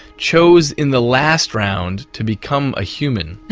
chose in the last round to become a human.